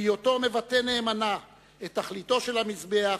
בהיותו מבטא נאמנה את תכליתו של המזבח,